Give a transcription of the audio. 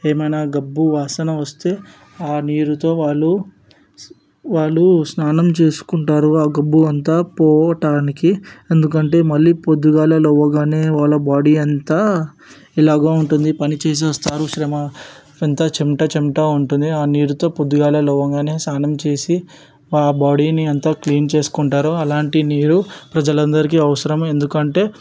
ఏమైనా గబ్బు వాసన వస్తే ఆ నీరుతో వాళ్ళు వాళ్ళు స్నానం చేసుకుంటారు ఆ గబ్బు అంతా పోవడానికి ఎందుకంటే మళ్ళీ పొద్దుగాలే లేవగానే వాళ్ళ బాడీ అంతా ఎలాగో ఉంటుంది పని చేసేస్తారు శ్రమ అంతా చెమట చెమట ఉంటుంది ఆ నీటితో పొద్దుగాల లేవగానే స్నానం చేసి ఆ బాడీని అంతా క్లీన్ చేసుకుంటారు అలాంటి నీరు ప్రజలందరికీ అవసరము ఎందుకంటే